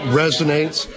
resonates